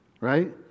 right